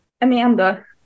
Amanda